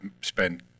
spent